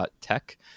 Tech